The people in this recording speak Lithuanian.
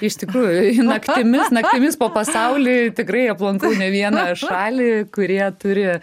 iš tikrųjų naktimis naktimis po pasaulį tikrai aplankau ne vieną šalį kurie turi